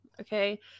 Okay